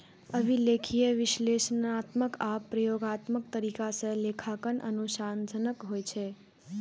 अभिलेखीय, विश्लेषणात्मक आ प्रयोगात्मक तरीका सं लेखांकन अनुसंधानक होइ छै